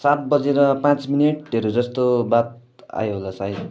सात बजेर पाँच मिनटहरू जस्तो बाद आयो होला सायद